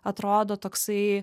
atrodo toksai